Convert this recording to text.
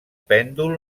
pèndol